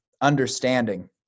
understanding